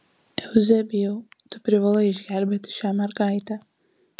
euzebijau tu privalai išgelbėti šią mergaitę